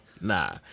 Nah